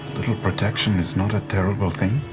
little protection is not a terrible thing.